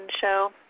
show